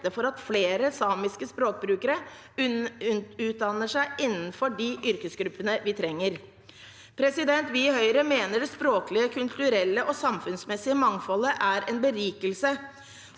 for at flere samiske språkbrukere utdanner seg innenfor de yrkesgruppene vi trenger. Vi i Høyre mener det språklige, kulturelle og samfunnsmessige mangfoldet er en berikelse